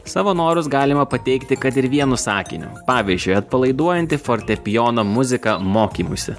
savo norus galima pateikti kad ir vienu sakiniu pavyzdžiui atpalaiduojanti fortepijono muzika mokymuisi